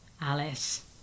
Alice